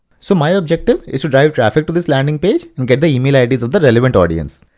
so my objective is to drive traffic to this landing page, and get the email ids of the relevant audience.